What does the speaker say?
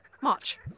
March